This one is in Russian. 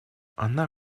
она